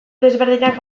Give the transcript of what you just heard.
desberdinak